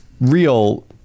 real